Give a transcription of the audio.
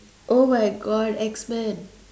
oh my god X-men